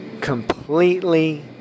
completely